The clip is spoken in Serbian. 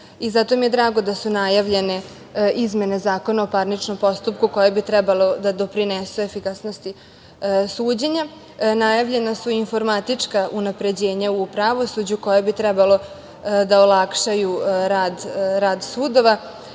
i zato mi je drago da su najavljene izmene Zakona o parničnom postupku koje bi trebalo da doprinesu efikasnosti suđenja. Najavljena su i informatička unapređenja u pravosuđu koja bi trebalo da olakšaju rad sudova,